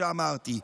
אמרתי,